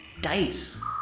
dice